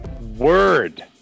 Word